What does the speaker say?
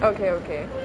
okay okay